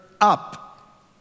up